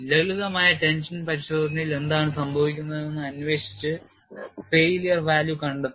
ലളിതമായ ടെൻഷൻ പരിശോധനയിൽ എന്താണ് സംഭവിക്കുന്നതെന്ന് അന്വേഷിച്ച് പരാജയ മൂല്യം കണ്ടെത്തുക